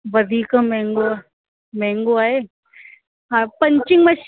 वधीक महांगो आ महांगो आहे हा पंचिग मशीन